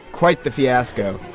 quite the fiasco.